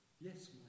Yes